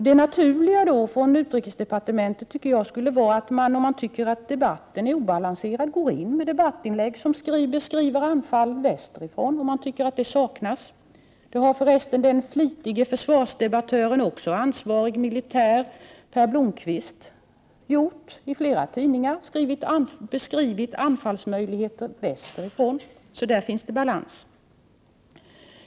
Om utrikesdepartementet tycker att debatten är obalanserad, är väl det naturliga att göra debattinlägg i vilka man beskriver anfall från väster. Det har för övrigt den flitige försvarsdebattören Per Blomqvist, som tillika är ansvarig militär, gjort i flera tidningar. Han har beskrivit anfallsmöjligheter västerifrån. Där finns alltså balans.